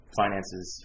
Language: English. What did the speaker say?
finances